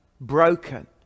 broken